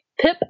pip